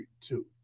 Two